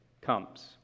comes